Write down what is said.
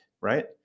right